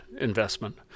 investment